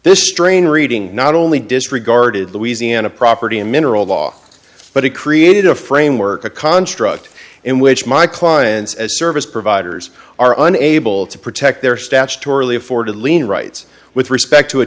this strain reading not only disregarded louisiana property and mineral law but it created a framework a construct in which my clients as service providers are unable to protect their statutorily afford a lien rights with respect to a